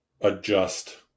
adjust